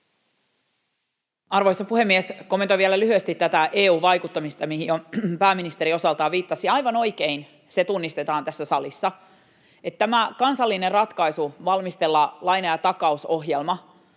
Arvoisa puhemies! Kommentoin vielä lyhyesti tätä EU-vaikuttamista, mihin jo pääministeri osaltaan viittasi: Aivan oikein, se tunnistetaan tässä salissa, että tämä kansallinen ratkaisu valmistella laina- ja takausohjelma